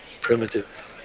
primitive